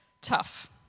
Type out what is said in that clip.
tough